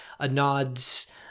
Anod's